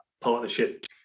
partnership